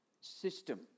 system